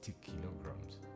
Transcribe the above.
kilograms